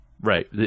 right